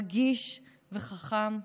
רגיש וחכם.